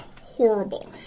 horrible